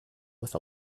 with